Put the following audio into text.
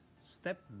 Step